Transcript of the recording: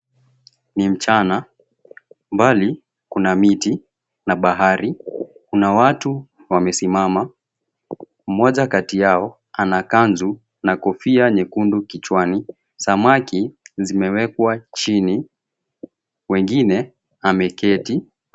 Ni mchana, mbali kuna miti na bahari kuna watu wamesimama, mmoja kati yao ana kanzu na kofia nyekundu kichwani, samaki zimeekewa chini wengine ameketi.